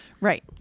Right